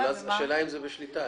השאלה אם זה בשליטה.